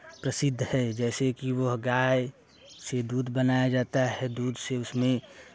प्रसिद्ध है जैसे कि वह गाय से दूध बनाया जाता है दूध से उसमें